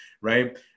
Right